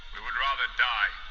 we would rather die.